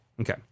Okay